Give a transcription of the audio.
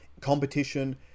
Competition